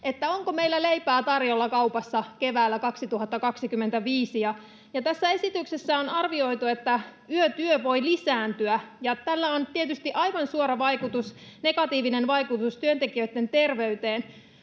että onko meillä leipää tarjolla kaupassa keväällä 2025? Tässä esityksessä on arvioitu, että yötyö voi lisääntyä, ja tällä on tietysti aivan suora negatiivinen vaikutus työntekijöitten terveyteen,